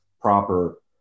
proper